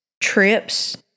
trips